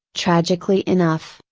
tragically enough,